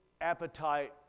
appetite